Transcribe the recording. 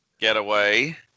Getaway